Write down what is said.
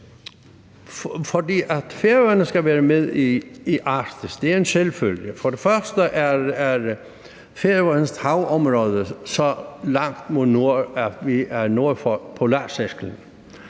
Færøerne skal være med i Arktis, er en selvfølge. For det første er Færøernes havområde så langt mod nord, at vi er nord for polarcirklen,